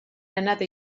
another